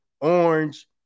orange